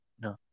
No